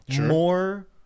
more